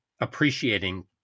appreciating